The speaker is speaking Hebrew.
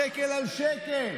שקל על שקל,